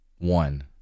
One